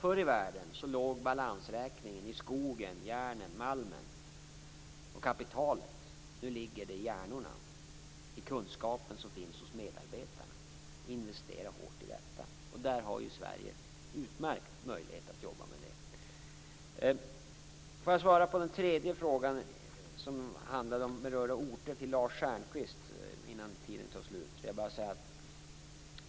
Förr i världen bestod tillgångarna i balansräkningen av skogen, järnet, malmen och kapitalet, men nu ligger de i medarbetarnas hjärnor, i den kunskap som de har, och vi måste investera hårt i dessa kunskaper. Sverige har utmärkta möjligheter att jobba med dessa frågor. Får jag svara på den tredje frågan som gäller berörda orter och ställdes av Lars Stjernkvist.